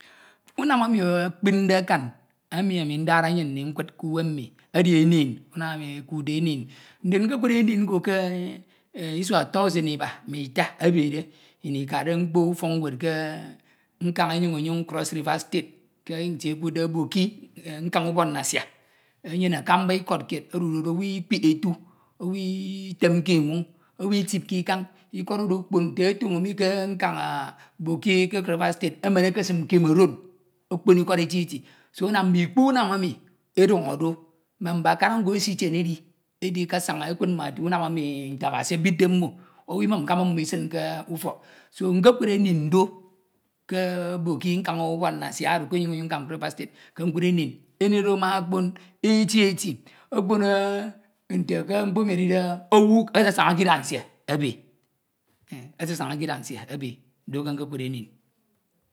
Unam emi ekpinde akan emi ami ndade anyin mmi nkud k’uwem mmi edi enin unam emi ekuudde enin. Ndin nkodud enin oro k’Isua tọsin Iba ma Ita ebebe nnyin Ikade mkpo ufọk ñwed ke ñkañ enyoñ enyoñ Cross River state k’itie ekudde Boki ñkañ ubọk nnasia. Enyene akamba Ikod kied odude do, owu Ikpihe etu, owu, etemke Inwoñ, owu Itipke Ikañ, Ikọd oro okpon nte otoño mi ke nkañ ah Boki ke Cross River state emen ekesim ene Cameroon okpon Ikọd eti eti so anan mme Ikpo umen emi edọñọ do, mmo mbakara nko esikiene edi edikusaña ekud mme ati unam emi nte Abasi edidde mmo, owu Imwmkemum mmo isin k’ufọk sonkokud eniñ do ke Boki nkañ Cross River state ke nkud enin, enin oro ama okpon eti eti okpon nte ke mkpo emi edide owu asasaña k’iduk nsie ebe e, asasaña k’iduk nsie ebe. Do ke nkokud enin.